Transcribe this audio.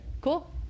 Cool